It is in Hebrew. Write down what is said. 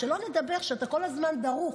שלא נדבר על זה שאתה כל הזמן דרוך.